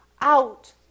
out